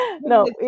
No